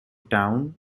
town